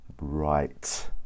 Right